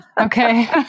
Okay